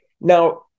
Now